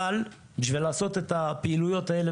אבל בשביל לעשות את הפעילויות האלה